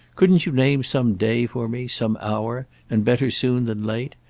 couldn't you name some day for me, some hour and better soon than late?